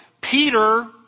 Peter